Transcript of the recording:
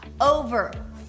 over